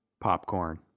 Popcorn